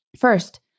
First